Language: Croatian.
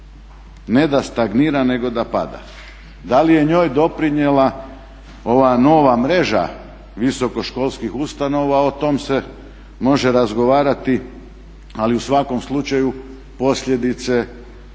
Ne da stagnira nego da pada. Da li je njoj doprinijela ova nova mreža visokoškolskih ustanova? O tom se može razgovarati. Ali u svakom slučaju posljedice su značajne.